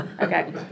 okay